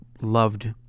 loved